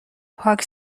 پاک